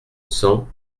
cent